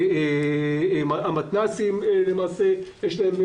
כפי שלמתנ"סים יש פטור ממכרז.